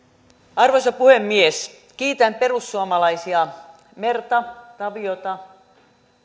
arvoisa puhemies kiitän perussuomalaisia merta taviota